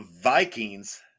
Vikings